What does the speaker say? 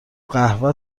قهوه